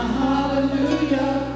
hallelujah